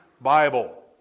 Bible